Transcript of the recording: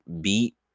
beat